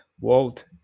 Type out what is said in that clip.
walt